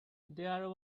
there